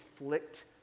afflict